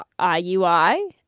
IUI